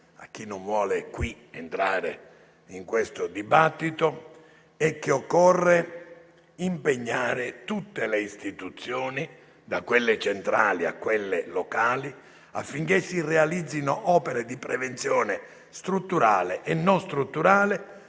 a chi non vuole in questa sede entrare in tale dibattito, è che occorre impegnare tutte le Istituzioni, da quelle centrali a quelle locali, affinché si realizzino opere di prevenzione strutturale e non strutturale